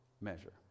measure